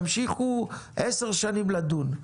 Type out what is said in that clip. תמשיכו עשר שנים לדון.